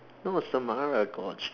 no it's Samara gorge